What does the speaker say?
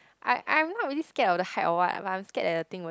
I I'm not really scared of the height or what but I'm scared that the thing would